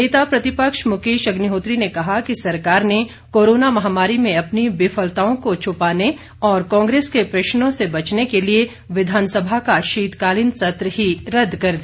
नेता प्रतिपक्ष मुकेश अग्निहोत्री ने कहा कि सरकार ने कोरोना महामारी में अपनी विफलताओं को छुपाने और कांग्रेस के प्रश्नों से बचने के लिए विधानसभा का शीतकालीन सत्र ही रद्द कर दिया